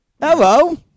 Hello